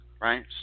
right